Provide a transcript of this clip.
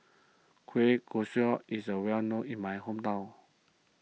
Kueh Kosui is a well known in my hometown